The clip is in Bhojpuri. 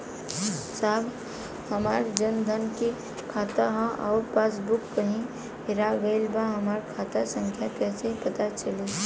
साहब हमार जन धन मे खाता ह अउर पास बुक कहीं हेरा गईल बा हमार खाता संख्या कईसे पता चली?